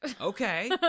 Okay